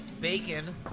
bacon